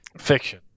Fiction